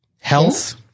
health